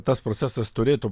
tas procesas turėtų